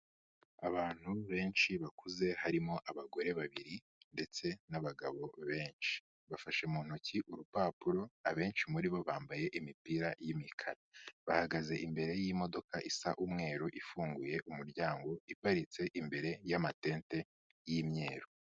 Abantu benshi bakuze, harimo abagore babiri ndetse n'abagabo benshi, bafashe mu ntoki urupapuro, abenshi muri bo bambaye imipira y'imikara, bahagaze imbere, y'imodoka isa umweru ifunguye umuryango, iparitse imbere y'amatente y'imyeru.